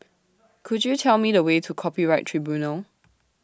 Could YOU Tell Me The Way to Copyright Tribunal